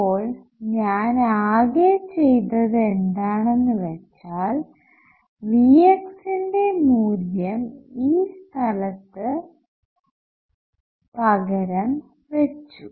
അപ്പോൾ ഞാൻ ആകെ ചെയ്തത് എന്താണെന്ന് വെച്ചാൽ Vx ന്റെ മൂല്യം ഈ സ്ഥലത്തു പകരം വെച്ചു